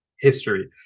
history